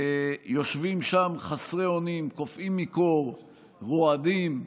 הם יושבים שם חסרי אונים, קופאים מקור, רועדים.